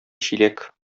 чиләк